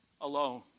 alone